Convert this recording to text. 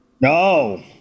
No